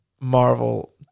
Marvel